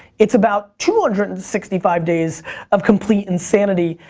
it's about two hundred and sixty five days of complete insanity,